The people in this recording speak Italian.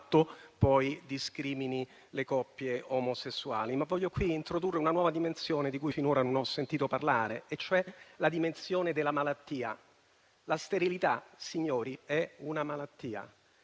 discrimini le coppie omosessuali. Io voglio qui introdurre una nuova dimensione, di cui finora non ho sentito parlare, cioè la dimensione della malattia. La sterilità, signori, è una malattia.